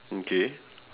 okay